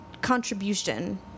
contribution